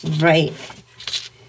Right